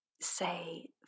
say